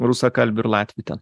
rusakalbių ir latvių ten